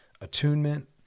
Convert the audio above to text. attunement